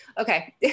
Okay